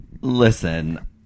Listen